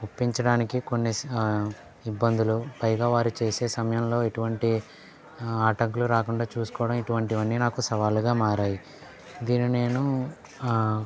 ఒప్పించడానికి కొన్నిసా ఇబ్బందులు పైగా వారు చేసే సమయంలో ఎటువంటి ఆటంకులు రాకుండా చూసుకోవడం ఇటువంటివి అన్నీ నాకు సవాళ్ళుగా మారాయి దీనిని నేను